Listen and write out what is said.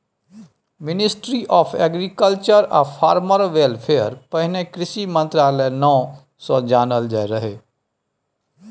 ministry of agriculture आ farmer welfare पहिने कृषि मंत्रालय नाओ सँ जानल जाइत रहय